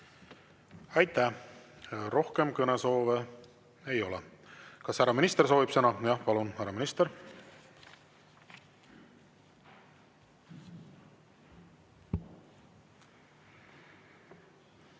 Aitäh! Rohkem kõnesoove ei ole. Kas härra minister soovib sõna? Jah, palun, härra minister!